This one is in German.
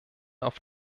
auf